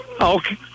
Okay